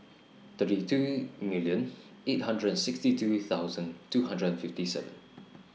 thirty two million eight hundred and sixty two thousand two hundred and fifty seven